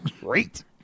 Great